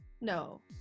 No